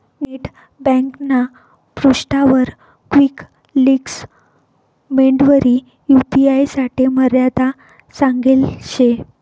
net ब्यांकना पृष्ठावर quick links मेंडवरी यू.पी.आय साठे मर्यादा सांगेल शे